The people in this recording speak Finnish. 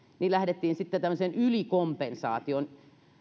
niin lähdettiin sitten tämmöiseen ylikompensaatioon